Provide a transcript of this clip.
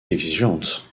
exigeante